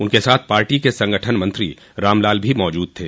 उनके साथ पार्टी के संगठन मंत्री रामलाल भी मौजूद थे